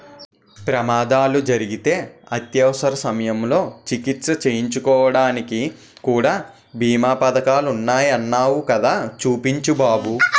ప్రమాదాలు జరిగితే అత్యవసర సమయంలో చికిత్స చేయించుకోడానికి కూడా బీమా పదకాలున్నాయ్ అన్నావ్ కదా చూపించు బాబు